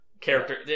character